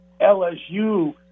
LSU